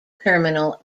terminal